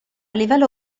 livello